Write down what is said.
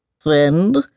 Friend